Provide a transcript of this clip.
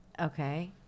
Okay